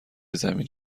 زمین